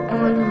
on